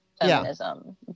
feminism